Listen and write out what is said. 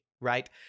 right